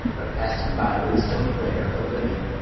but passed him by with a stony glare of oblivion.